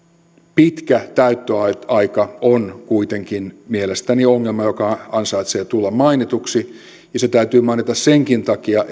pitkä täyttöaika on kuitenkin mielestäni ongelma joka ansaitsee tulla mainituksi ja se täytyy mainita senkin takia